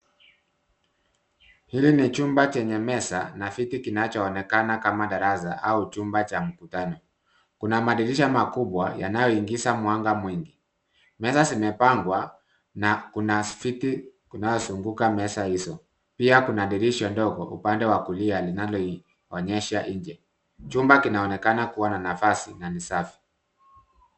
Hili ni chumba chenye meza na viti kinacho onekana kama darasa au chumba cha mkutano. Kuna madirisha makubwa yanayo ingiza mwanga mwingi. Meza zimepangwa na kuna plastiki zinazo zunguka meza hizo, pia kuna dirisha ndogo upande wa kulia linalo onyesha inje. Chumba kinaonekana kuwa na nafasi na ni safi.